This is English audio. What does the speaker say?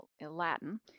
Latin